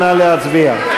נא להצביע.